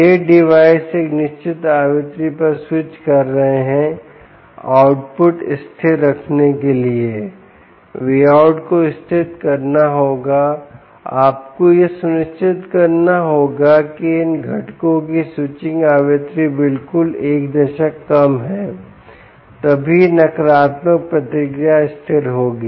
ये डिवाइस एक निश्चित आवृत्ति पर स्विच कर रहे हैं आउटपुट स्थिर रखने के लिए Vout को स्थिर करना होगा आपको यह सुनिश्चित करना होगा कि इन घटकों की स्विचिंग आवृत्ति बिल्कुल एक दशक कम है तभी नकारात्मक प्रतिक्रिया स्थिर होगी